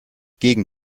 gegen